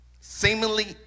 seemingly